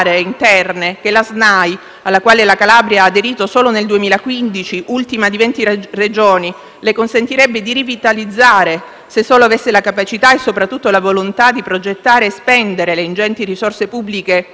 che la SNAI, alla quale la Calabria ha aderito solo nel 2015, ultima di 20 Regioni, le consentirebbe di rivitalizzare se solo avesse la capacità e soprattutto la volontà di progettare e spendere le ingenti risorse pubbliche